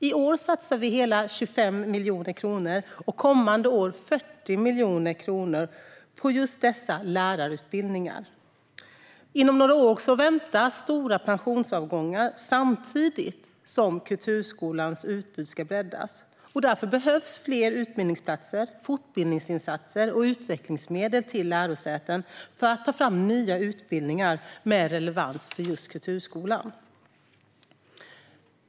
I år satsar vi hela 25 miljoner kronor och kommande år 40 miljoner kronor på just dessa lärarutbildningar. Inom några år väntas stora pensionsavgångar samtidigt som kulturskolans utbud ska breddas. Därför behövs fler utbildningsplatser, fortbildningsinsatser och utvecklingsmedel till lärosäten för att de ska kunna ta fram nya utbildningar med relevans för just kulturskolan.